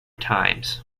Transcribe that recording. times